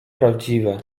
prawdziwe